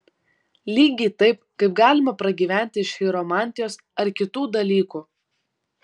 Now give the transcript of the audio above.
lygiai taip kaip galima pragyventi iš chiromantijos ar kitų dalykų